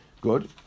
Good